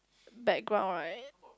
background right